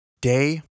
Day